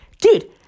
Dude